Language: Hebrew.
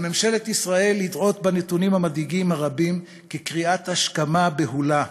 על ממשלת ישראל לראות בנתונים המדאיגים הרבים קריאת השכמה בהולה.